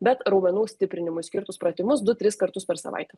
bet raumenų stiprinimui skirtus pratimus du tris kartus per savaitę